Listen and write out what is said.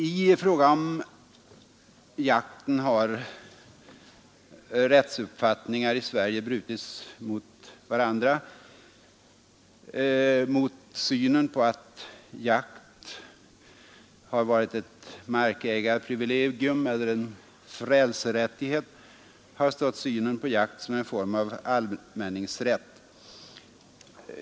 I fråga om jakten har rättsuppfattningar i Sverige brutits mot varandra. Mot synen att jakt skulle vara ett markägarprivilegium eller en frälserättighet har stått synen på jakt som en form av allmänningsrätt.